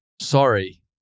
Sorry